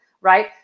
right